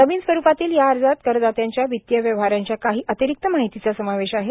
नवीन स्वरुपातील या अर्जात करदात्यांच्या वितीय व्यवहारांच्या काही अतिरिक्त माहितीचा समावेश आहे